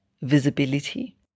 visibility